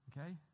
Okay